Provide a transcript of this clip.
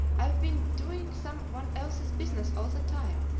i've been doing some one else's business all the time.